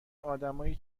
آدمایی